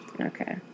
Okay